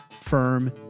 firm